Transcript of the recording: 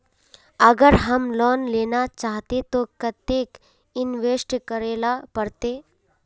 अगर हम लोन लेना चाहते तो केते इंवेस्ट करेला पड़ते?